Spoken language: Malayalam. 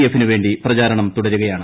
എഫിനുവേണ്ടി പ്രചാരണം തുടരുകയാണ്